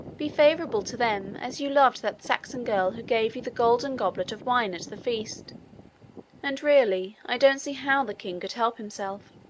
be favourable to them, as you loved that saxon girl who gave you the golden goblet of wine at the feast and, really, i don't see how the king could help himself.